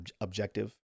objective